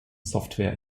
software